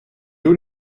doe